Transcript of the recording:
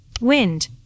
wind